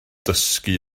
dysgu